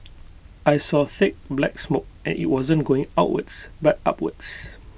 I saw thick black smoke and IT wasn't going outwards but upwards